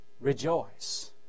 Rejoice